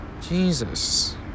Jesus